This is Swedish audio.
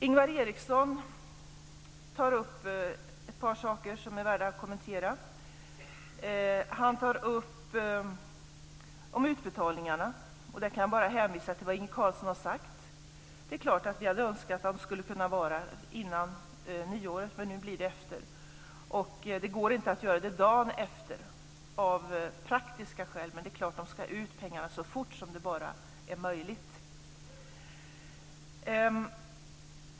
Ingvar Eriksson tog upp ett par saker som är värda att kommentera. Han tar upp utbetalningarna. Jag kan bara hänvisa till vad Inge Carlsson har sagt. Det är klart att vi hade önskat att det hade kunnat bli innan nyåret, men nu blir det efter. Det går inte av praktiska skäl att göra det dagen efter. Men det är klart att pengarna ska ut så fort det bara är möjligt.